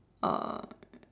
uh